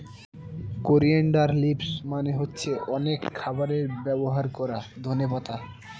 coriander leaves মানে হচ্ছে অনেক খাবারে ব্যবহার করা ধনে পাতা